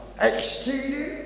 exceeding